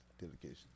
Dedication